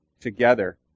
together